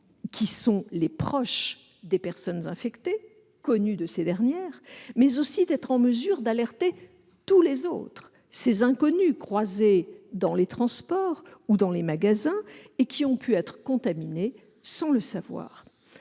qui sont les proches des personnes infectées, connus de ces dernières, mais aussi d'être en mesure d'alerter tous les autres, ces inconnus croisés dans les transports ou dans les magasins et qui ont pu être contaminés sans le savoir.